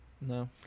No